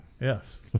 Yes